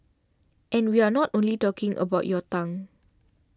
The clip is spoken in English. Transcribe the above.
and we are not only talking about your tongue